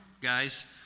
guys